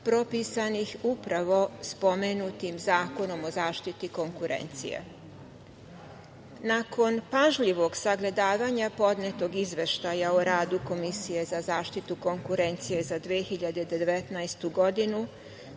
propisanih upravo spomenutim Zakonom o zaštiti konkurencije. Nakon pažljivog sagledavanja podnetog Izveštaja o radu Komisije za zaštitu konkurencije za 2019. godinu,